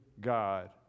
God